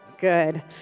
Good